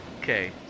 Okay